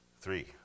Three